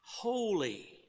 Holy